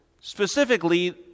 specifically